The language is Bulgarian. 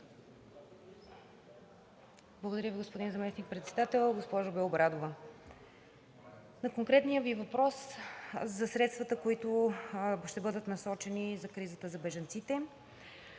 Благодаря Ви, господин Заместник-председател. Госпожо Белобрадова, на конкретния Ви въпрос за средствата, които ще бъдат насочени за кризата с бежанците.